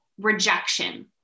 Rejection